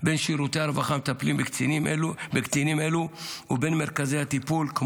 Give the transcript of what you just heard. בין שירותי הרווחה המטפלים בקטינים אלו ובין מרכזי הטיפול.